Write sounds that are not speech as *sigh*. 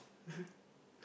*laughs*